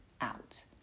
out